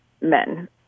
men